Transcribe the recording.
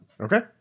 Okay